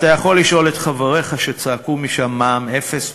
אתה יכול לשאול את חבריך שצעקו משם: מע"מ אפס,